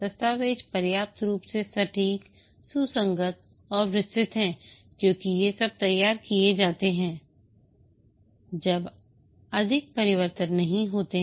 दस्तावेज़ पर्याप्त रूप से सटीक सुसंगत और विस्तृत हैं क्योंकि ये तब तैयार किए जाते हैं जब अधिक परिवर्तन नहीं होते हैं